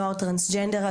נוער טרנסג'נדר,